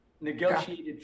Negotiated